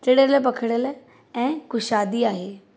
टिड़ियल पखिड़ियल ऐं ख़ुशादी आहे